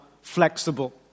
flexible